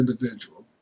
individual